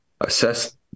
assess